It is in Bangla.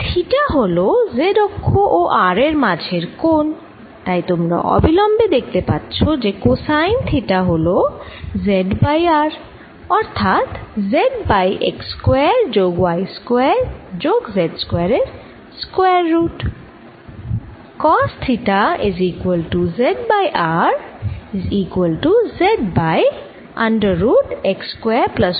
থিটা হল z অক্ষ ও r এর মাঝের কোণ তাই তোমরা অবিলম্বে দেখতে পাচ্ছ যে কোসাইন থিটা হল z বাই r অর্থাৎ z বাই x স্কয়ার যোগ y স্কয়ার যোগ z স্কয়ার এর স্কয়ার রুট